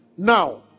Now